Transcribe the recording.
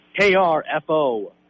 KRFO